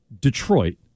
Detroit